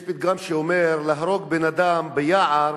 יש פתגם שאומר: להרוג בן-אדם ביער